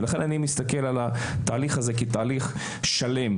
ולכן אני מסתכל על התהליך הזה כתהליך שלם.